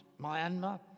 Myanmar